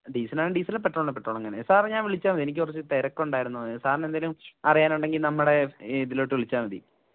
ഡീസലാണെങ്കില് diesel പെട്രോളാണെങ്കില് petrol അങ്ങനെ sir ഞാൻ വിളിച്ചാല് മതിയോ എനിക്ക് കുറച്ച് തിരക്കുണ്ടായിരുന്നു സാറിന് എന്തെങ്കിലും അറിയാനുണ്ടെങ്കില് നമ്മുടെ ഇതിലേക്ക് വിളിച്ചാല് മതി